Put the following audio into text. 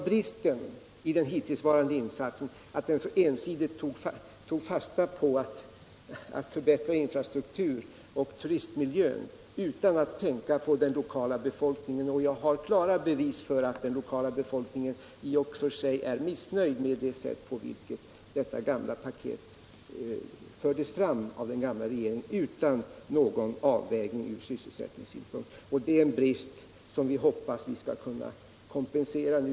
Bristen i de hittillsvarande insatserna är att de så ensidigt tog fasta på att förbättra infrastrukturen och turistmiljön utan att tänka på den lokala befolkningen. Jag har klara bevis för att den lokala befolkningen är missnöjd med det sätt på vilket detta gamla paket fördes fram av den gamla regeringen utan någon avvägning ur sysselsättningssynpunkt. Det är en brist som vi hoppas kunna kompensera.